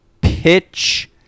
pitch